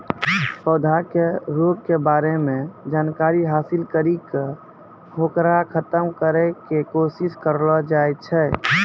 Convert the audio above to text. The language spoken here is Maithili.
पौधा के रोग के बारे मॅ जानकारी हासिल करी क होकरा खत्म करै के कोशिश करलो जाय छै